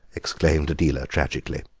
exclaimed adela tragically.